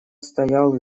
стоял